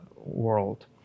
world